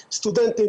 סטודנטים,